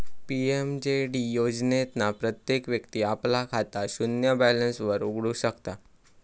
PMJD योजनेतना प्रत्येक व्यक्ती आपला खाता शून्य बॅलेंस वर उघडु शकता